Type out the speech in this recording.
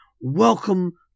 welcome